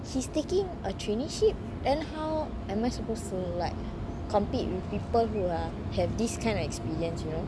he's taking a traineeship then how am I supposed to like compete with people who are have these kind of experience you know